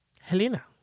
Helena